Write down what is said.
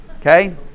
Okay